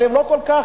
אבל הם לא כל כך,